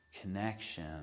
connection